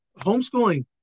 Homeschooling